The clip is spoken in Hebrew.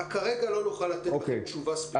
כרגע לא נוכל לתת לכם תשובה ספציפית.